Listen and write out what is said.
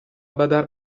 badar